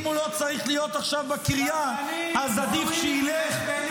אם הוא לא צריך להיות עכשיו בקריה -- סרבנים בזויים ושפלים.